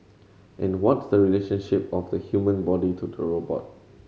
and what's the relationship of the human body to the robot